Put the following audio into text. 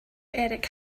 erik